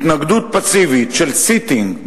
התנגדות פסיבית של sitting,